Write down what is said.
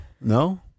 no